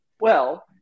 Well-